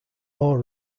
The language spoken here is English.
more